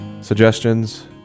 suggestions